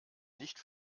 nicht